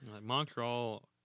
Montreal